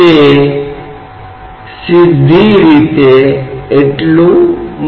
तो आपको यह p मिलता है अगर यह वैक्यूम के रूप में है